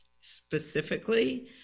specifically